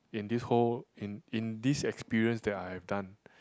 in this whole in in this experience that I've done